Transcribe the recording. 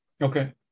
Okay